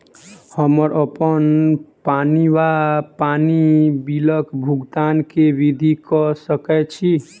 हम्मर अप्पन पानि वा पानि बिलक भुगतान केँ विधि कऽ सकय छी?